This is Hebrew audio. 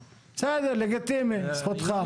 בסדר, לגיטימי, זכותך.